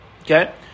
Okay